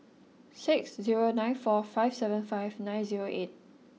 six zero nine four five seven five nine zero eight